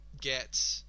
Get